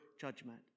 judgment